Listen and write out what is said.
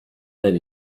then